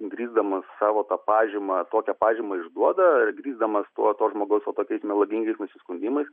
grįsdamas savo tą pažymą tokią pažymą išduoda grįsdamas tuo to žmogaus ot tokiais melagingais nusiskundimais